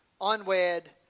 unwed